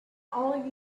all